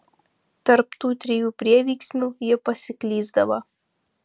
tarp tų trijų prieveiksmių ji pasiklysdavo